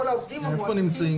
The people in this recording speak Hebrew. איפה נמצאים